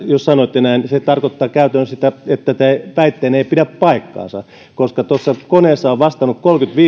jos sanoitte näin se tarkoittaa käytännössä sitä että väitteenne ei pidä paikkaansa koska tuossa koneessa on vastannut